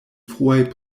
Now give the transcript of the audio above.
fruaj